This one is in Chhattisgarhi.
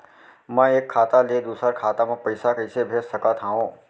मैं एक खाता ले दूसर खाता मा पइसा कइसे भेज सकत हओं?